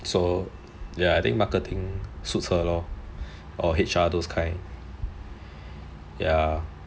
so I think marketing suits her lor or H_R those kind ya